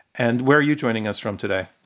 and where are you joining us from today?